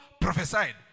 prophesied